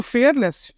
Fearless